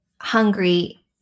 hungry